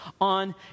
on